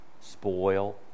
spoil